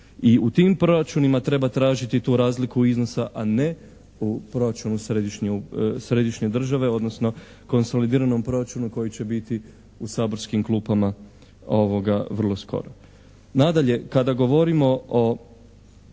I u tim proračunima treba tražiti tu razliku iznosa, a ne u proračunu središnje države, odnosno konsolidiranom proračunu koji će biti u saborskim klupama vrlo skoro. Nadalje, kada govorimo o